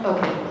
Okay